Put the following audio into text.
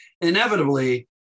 Inevitably